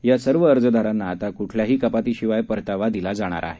या सर्व अर्जदारांना आता कुठल्याही कपातीशिवाय परतावा दिला जाणार आहे